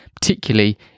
particularly